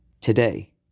Today